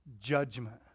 judgment